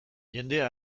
jendea